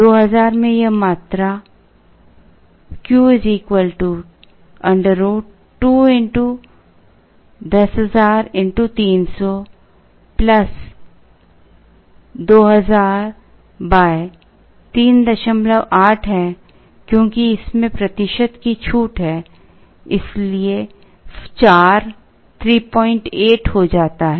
2000 में यह मात्रा Q √ 2000 38 है क्योंकि इसमें 5 प्रतिशत की छूट है इसलिए 4 38 हो जाता है